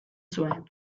zuen